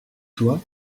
toi